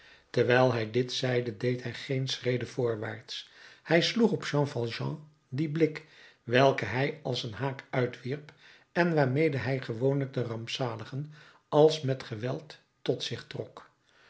terwijl hij dit zeide deed hij geen schrede voorwaarts hij sloeg op jean valjean dien blik welken hij als een haak uitwierp en waarmede hij gewoonlijk de rampzaligen als met geweld tot zich trok